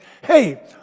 Hey